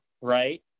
right